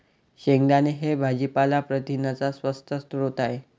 शेंगदाणे हे भाजीपाला प्रथिनांचा स्वस्त स्रोत आहे